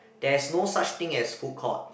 there's no such thing as food court